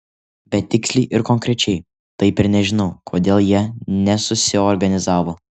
bet tiksliai ir konkrečiai taip ir nežinau kodėl jie nesusiorganizavo